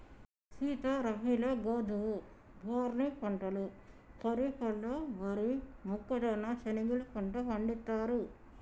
సీత రబీలో గోధువు, బార్నీ పంటలు ఖరిఫ్లలో వరి, మొక్కజొన్న, శనిగెలు పంట పండిత్తారు